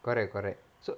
correct correct so